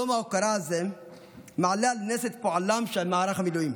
יום ההוקרה הזה מעלה על נס את פועלו של מערך המילואים.